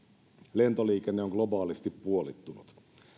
lentoliikenne on globaalisti puolittunut